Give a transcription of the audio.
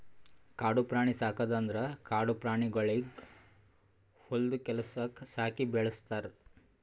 ಕಾಡು ಪ್ರಾಣಿ ಸಾಕದ್ ಅಂದುರ್ ಕಾಡು ಪ್ರಾಣಿಗೊಳಿಗ್ ಹೊಲ್ದು ಕೆಲಸುಕ್ ಸಾಕಿ ಬೆಳುಸ್ತಾರ್